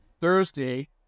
Thursday